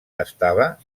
estava